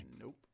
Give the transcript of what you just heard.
Nope